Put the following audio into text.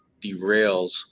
derails